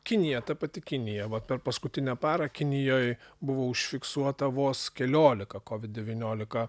kinija ta pati kinija vat per paskutinę parą kinijoj buvo užfiksuota vos keliolika covid devyniolika